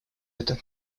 это